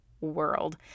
world